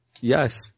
Yes